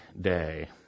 day